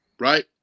right